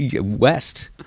west